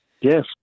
yes